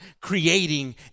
creating